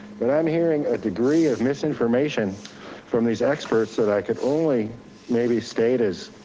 but i'm hearing a degree of misinformation from these experts that i could only maybe state as,